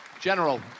General